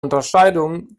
unterscheidung